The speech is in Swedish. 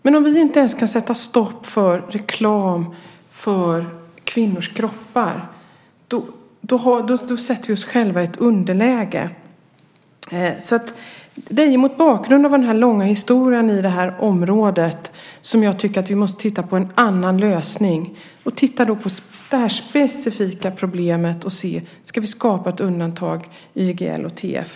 Men om vi inte ens lyckas sätta stopp för reklam för kvinnors kroppar sätter vi oss själva i ett underläge. Mot bakgrund av den långa historia som denna fråga har måste vi nu titta på en annan lösning. Då måste vi se på detta specifika problem och överväga om vi ska skapa ett undantag i YGL och TF.